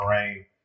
terrain